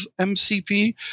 MCP